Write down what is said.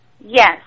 Yes